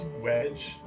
wedge